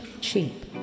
cheap